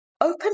open